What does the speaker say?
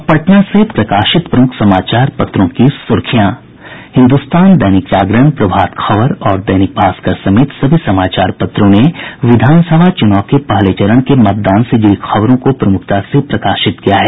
अब पटना से प्रकाशित प्रमुख समाचार पत्रों की सुर्खियां हिन्दुस्तान दैनिक जागरण प्रभात खबर और दैनिक भास्कर समेत सभी समाचार पत्रों ने विधानसभा चुनाव के पहले चरण के मतदान से जुड़ी खबरों को प्रमुखता से प्रकाशित किया है